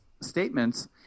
statements